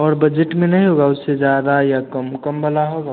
और बजट में नहीं होगा उससे ज़्यादा या कम कम वाला होगा